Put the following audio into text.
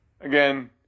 Again